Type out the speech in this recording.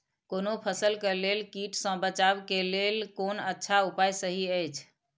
कोनो फसल के लेल कीट सँ बचाव के लेल कोन अच्छा उपाय सहि अछि?